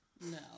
no